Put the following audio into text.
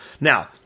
Now